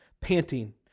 panting